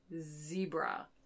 zebra